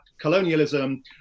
colonialism